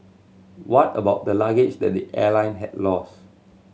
what about the luggage that the airline had lost